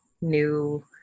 new